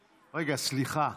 רגע, סליחה.